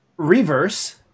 Reverse